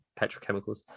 petrochemicals